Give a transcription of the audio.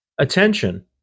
Attention